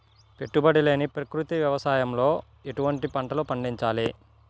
పెట్టుబడి లేని ప్రకృతి వ్యవసాయంలో ఎటువంటి పంటలు పండించాలి?